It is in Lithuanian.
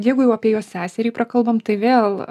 jeigu jau apie jos seserį prakalbom tai vėl